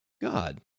God